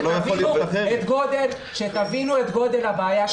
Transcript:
שתבינו את גודל הבעיה,